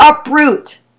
uproot